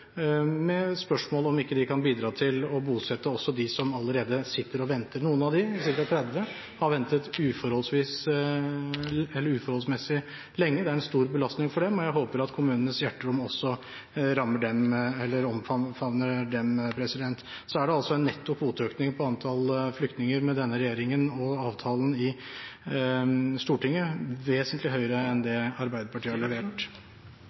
med spørsmål om ikke de kan bidra til å bosette dem som allerede sitter og venter. Noen av dem – ca. 30 – har ventet uforholdsmessig lenge. Det er en stor belastning for dem, og jeg håper at kommunenes hjerterom også omfavner disse. Så er det en netto kvoteøkning på antall flyktninger med denne regjeringen og avtalen i Stortinget – vesentlig høyere enn det Arbeiderpartiet har levert.